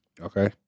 Okay